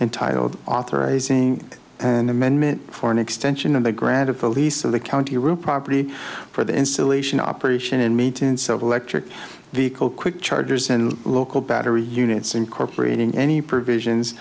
and titled authorizing an amendment for an extension of the grant of the lease of the county real property for the installation operation and maintenance of electric vehicle quick chargers and local battery units incorporating any provisions